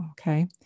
okay